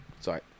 sorry